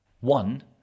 one